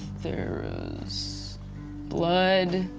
there was blood.